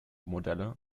modelle